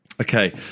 Okay